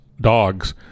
dogs